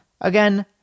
again